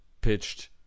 pitched